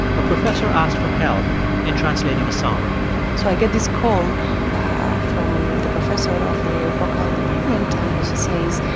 a professor asked for help in translating a song so i get this call from the professor of the but vocal department, and and she says,